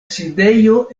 sidejo